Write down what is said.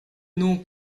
non